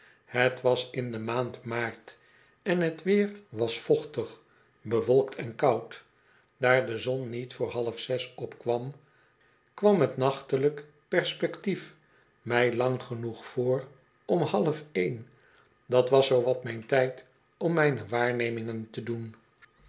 het was in de maand maart en t weer was vochtig bewolkt en koud daar de zon niet vr half zes opkwam kwam het nachtelijk perspectief mij lang genoeg voor om half één dat was zoo wat mijn tijd om mijne waarnemingen te doen